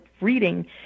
reading